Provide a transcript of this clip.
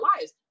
lives